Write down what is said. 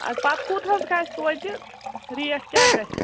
آ پَتہٕ کوٗت حظ گَژھِ توتہِ ریٹ کیٛاہ گَژھِ